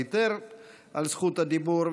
ויתר על זכות הדיבור.